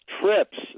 trips